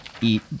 eat